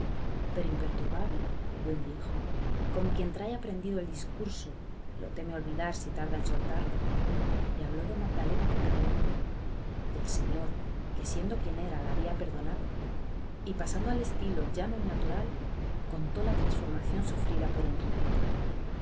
pero imperturbable el buen viejo como quien trae aprendido el discurso y lo teme olvidar si tarda en soltarlo le habló de magdalena pecadora del señor que siendo quien era la había perdonado y pasando al estilo llano y natural contó la transformación sufrida por enriqueta